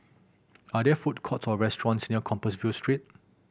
are there food courts or restaurants near Compassvale Street